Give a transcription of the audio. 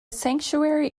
sanctuary